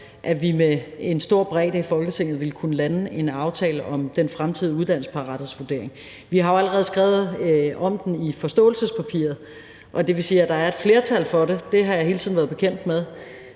at vi med en stor bredde i Folketinget vil kunne lande en aftale om den fremtidige uddannelsesparathedsvurdering. Vi har jo allerede skrevet om den i forståelsespapiret, og det vil sige, at der er et flertal for det. Det har jeg hele tiden været bekendt med,